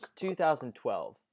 2012